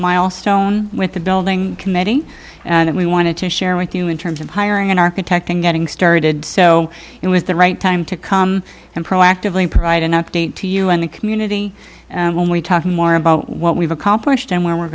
milestone with the building committee and we wanted to share with you in terms of hiring an architect and getting started so it was the right time to come and proactively provide an update to you in the community and when we talk more about what we've accomplished and where we